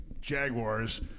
jaguars